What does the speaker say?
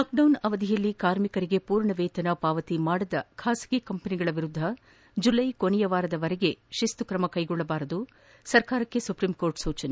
lockdown ಅವಧಿಯಲ್ಲಿ ಕಾರ್ಮಿಕರಿಗೆ ಪೂರ್ಣ ವೇತನ ಪಾವತಿ ಮಾಡದ ಖಾಸಗಿ ಕಂಪನಿಗಳ ವಿರುದ್ದ ಜುಲ್ಲೆ ಕೊನೆಯವಾರದವರೆಗೆ ಕ್ರಮ ಕೈಗೊಳ್ಳಬಾರದು ಸರ್ಕಾರಕ್ಕೆ ಸುಪ್ರೀಂಕೋರ್ಟ್ ಸೂಚನೆ